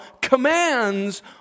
commands